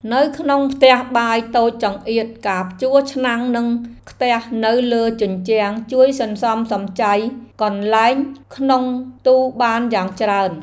នៅក្នុងផ្ទះបាយតូចចង្អៀតការព្យួរឆ្នាំងនិងខ្ទះនៅលើជញ្ជាំងជួយសន្សំសំចៃកន្លែងក្នុងទូបានយ៉ាងច្រើន។